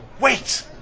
Wait